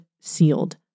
sealed